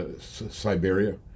Siberia